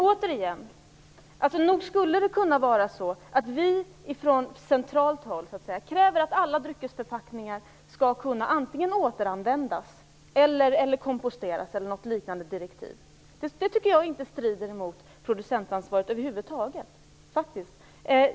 Återigen: Nog skulle vi från centralt håll kunna kräva att alla dryckesförpackningar skall kunna återanvändas, komposteras eller något liknande. Jag tycker inte att det över huvud taget strider mot producentansvaret.